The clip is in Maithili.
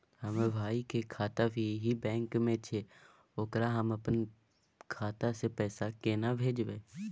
हमर भाई के खाता भी यही बैंक में छै ओकरा हम अपन खाता से पैसा केना भेजबै?